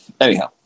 anyhow